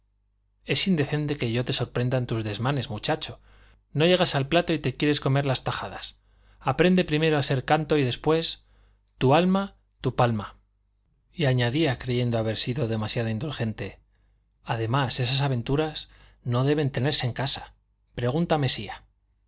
es indecente que yo te sorprenda en tus desmanes muchacho no llegas al plato y te quieres comer las tajadas aprende primero a ser cauto y después tu alma tu palma y añadía creyendo haber sido demasiado indulgente además esas aventuras no deben tenerse en casa pregunta a